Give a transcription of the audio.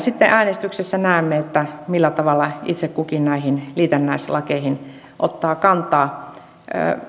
sitten äänestyksessä näemme millä tavalla itse kukin näihin liitännäislakeihin ottaa kantaa